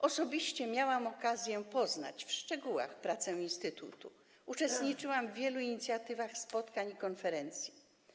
Osobiście miałam okazję poznać w szczegółach pracę instytutu, gdyż uczestniczyłam w wielu inicjatywach, spotkaniach i konferencjach.